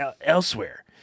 elsewhere